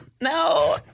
No